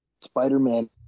Spider-Man